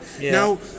Now